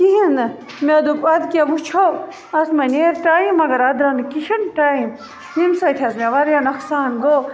کِہیٖنۍ نہٕ مےٚ دوٚپ اَدٕ کیٛاہ وٕچھو اَتھ مَہ نٮ۪رِ ٹایم مگر اَتھ درٛاو کِہیٖنۍ ٹایم ییٚمہِ سۭتۍ حظ مےٚ وارِیاہ نۄقصان گوٚو